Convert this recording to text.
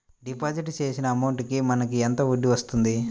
Deposit చేసిన amount కి మనకి ఎంత వడ్డీ వస్తుంది?